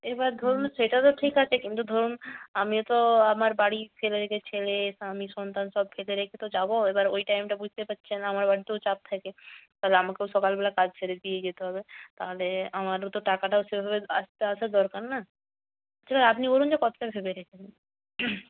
এবার ধরুন সেটা তো ঠিক আছে কিন্তু ধরুন আমিও তো আমার বাড়ি ফেলে রেখে ছেলে স্বামী সন্তান সব ফেলে রেখে তো যাব এবার ওই টাইমটা বুঝতে পারছেন আমার বাড়িতেও চাপ থাকে তাহলে আমাকেও সকালবেলা কাজ সেরে দিয়েই যেতে হবে তাহলে আমারও তো টাকাটাও সেভাবে আসতে আসা দরকার না আপনি বলুন যে কত টাকা ভেবে